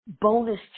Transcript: bonus